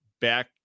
back